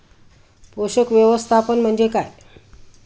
पोषक व्यवस्थापन म्हणजे काय?